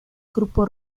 grupo